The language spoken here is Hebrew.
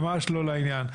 הם ממש לא לעניין.